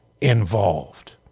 involved